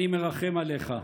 אני מרחם עליך.